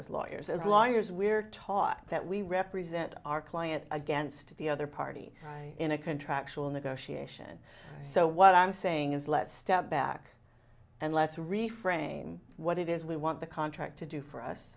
as lawyers as lawyers we're taught that we represent our client against the other party in a contractual negotiation so what i'm saying is let's step back and let's reframe what it is we want the contract to do for us